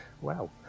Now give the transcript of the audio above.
Wow